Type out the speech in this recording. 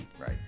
Right